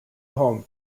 home